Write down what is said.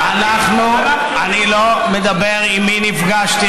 אני לא מדבר עם מי נפגשתי,